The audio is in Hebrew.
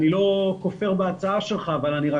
אני לא כופר בהצעה שלך אבל אני רק